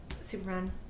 Superman